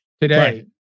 today